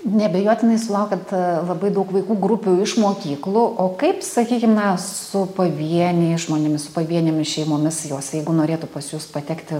neabejotinai sulaukiat labai daug vaikų grupių iš mokyklų o kaip sakykime su pavieniais žmonėmis su pavienėmis šeimomis jos jeigu norėtų pas jus patekti